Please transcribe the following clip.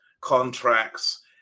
contracts